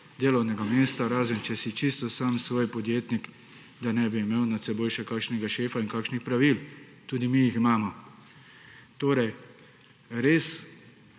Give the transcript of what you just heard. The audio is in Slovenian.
delovnega mesta razen, če si čisto sam svoj podjetnik, da ne bi imel nad seboj še kakšnega šefa in kakšnih pravil tudi mi jih imamo. Torej res